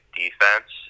defense